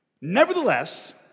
Nevertheless